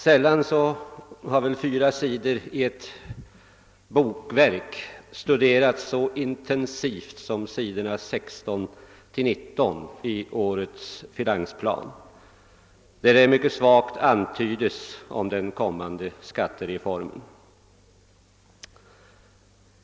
Sällan har väl fyra sidor i ett bokverk studerats så intensivt som sidorna 16—19 i årets finansplan, där den kommande skattereformen mycket svagt antyds.